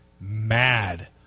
mad